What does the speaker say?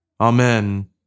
Amen